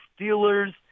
Steelers